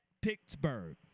Pittsburgh